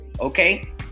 Okay